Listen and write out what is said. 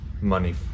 money